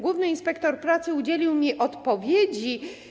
Główny inspektor pracy udzielił mi odpowiedzi.